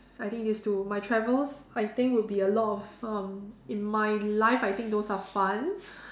I think these two my travels I think would be a lot of um in my life I think those are fun